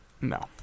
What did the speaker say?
no